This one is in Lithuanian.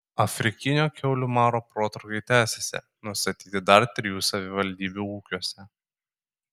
afrikinio kiaulių maro protrūkiai tęsiasi nustatyti dar trijų savivaldybių ūkiuose